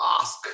ask